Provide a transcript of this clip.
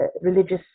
religious